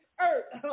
earth